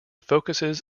focuses